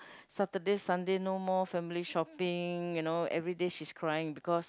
Saturday Sunday no more family shopping you know everyday she's crying because